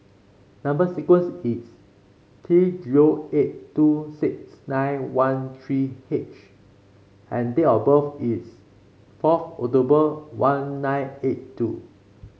number sequence is T zero eight two six nine one three H and date of birth is fourth October one nine eight two